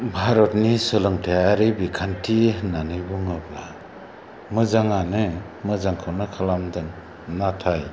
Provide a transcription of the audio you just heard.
भारतनि सोलोंथाइयारि बिखान्थि होननानै बुङोब्ला मोजाङानो मोजांखौनो खालामदों नाथाय